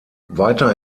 weiter